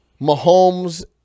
Mahomes